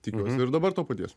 tikiuosi ir dabar to paties